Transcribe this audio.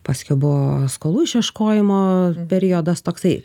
paskiau buvo skolų išieškojimo periodas toksai